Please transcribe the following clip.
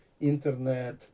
internet